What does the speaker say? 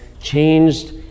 changed